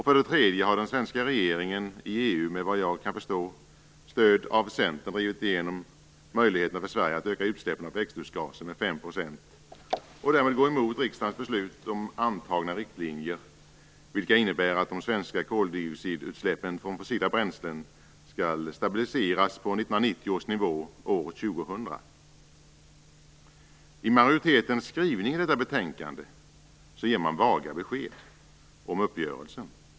För det tredje har den svenska regeringen i EU - såvitt jag kan förstå med stöd av Centern - drivit igenom möjligheterna för Sverige att öka utsläppen av växthusgaser med 5 %. Därmed går man emot riksdagens beslut om antagna riktlinjer, vilket innebär att de svenska koldioxidutsläppen från fossila bränslen skall stabiliseras på 1990 års nivå år I majoritetens skrivning i detta betänkande ger man vaga besked om uppgörelsen.